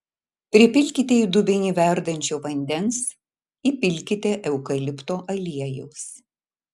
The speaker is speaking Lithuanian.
pripilkite į dubenį verdančio vandens įpilkite eukalipto aliejaus